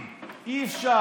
שב, בבקשה.